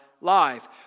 life